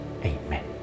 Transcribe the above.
Amen